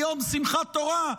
ביום שמחה תורה,